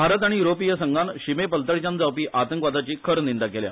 भारत आनी यूरोपीय संघान शीमेपलतडच्यान जावपी आतंकवादाची खर निंदा केल्या